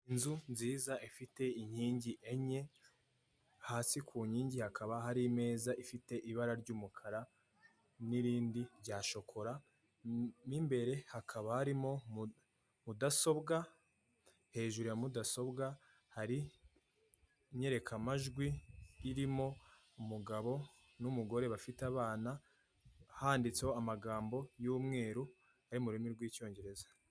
inzu nziza ifite inkingi enye, hasi ku nkingi hakaba hari imeza ifite ibara ry'umukara, n'irindi rya shokora mu imbere hakaba harimo mudasobwa, hejuru ya mudasobwa hari inyerekamajwi irimo umugabo n'umugore bafite abana handitseho amagambo y'umweru ari mu rurimi rw'icyongereza.